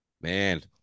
man